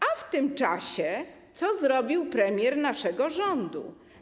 A co w tym czasie zrobił premier naszego rządu?